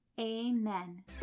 amen